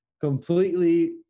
completely